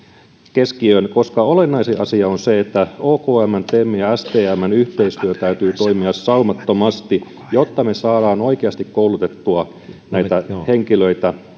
keskiöön koska olennaisin asia on se että okmn temin ja stmn yhteistyön täytyy toimia saumattomasti jotta me saamme oikeasti koulutettua näitä henkilöitä